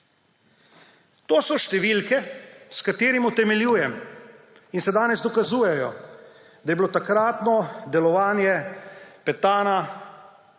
To so številke, s katerimi utemeljujem in se danes dokazujejo, da je bilo takratno delovanje Petana